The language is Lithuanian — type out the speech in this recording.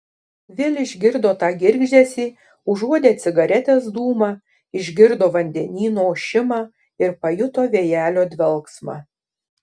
vėl išgirdo tą girgždesį užuodė cigaretės dūmą išgirdo vandenyno ošimą ir pajuto vėjelio dvelksmą